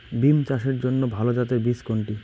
বিম চাষের জন্য ভালো জাতের বীজ কোনটি?